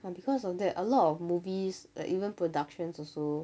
because of that a lot of movies like even productions also